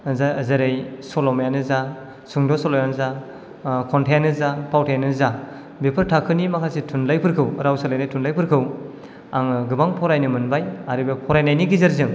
जेरै सल'मायानो जा सुंद' सल' आनो जा खन्थाइयानो जा फावथाइयानो जा बेफोर थाखोनि माखासे थुनलाइफोरखौ राव सोलायनाय थुनलाइफोरखौ आं गोबां फरायनो मोनबाय आरो बे फरायनायनि गेजेरजों